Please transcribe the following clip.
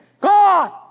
God